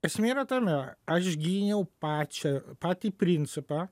esmė yra tame aš gyniau pačią patį principą